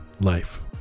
life